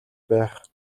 байх